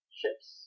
ships